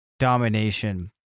Domination